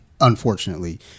Unfortunately